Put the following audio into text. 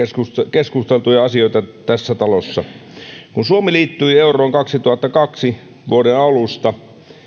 keskusteltuja asioita tässä talossa kun suomi liittyi euroon vuoden kaksituhattakaksi alusta